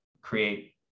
create